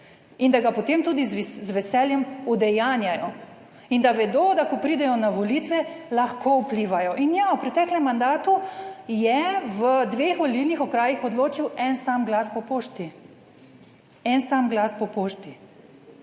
in da ga potem tudi z veseljem udejanjajo in da vedo, da ko pridejo na volitve, lahko vplivajo. In ja, v preteklem mandatu je v dveh volilnih okrajih odločil en sam glas po pošti.